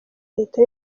leta